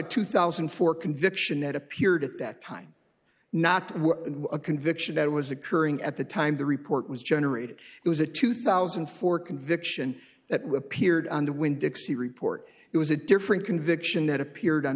two thousand and four conviction that appeared at that time not a conviction that was occurring at the time the report was generated it was a two thousand and four conviction that we appeared on the wind dixie report it was a different conviction that appeared on